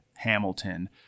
Hamilton